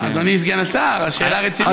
אדוני סגן השר, השאלה רצינית.